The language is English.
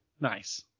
nice